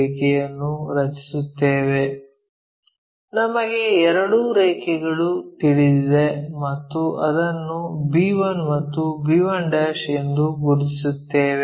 ರೇಖೆಯನ್ನು ರಚಿಸುತ್ತೇವೆ ನಮಗೆ ಎರಡೂ ರೇಖೆಗಳು ತಿಳಿದಿವೆ ಮತ್ತು ಅದನ್ನು b1 ಮತ್ತು b1' ಎಂದು ಗುರುತಿಸುತ್ತೇವೆ